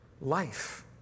life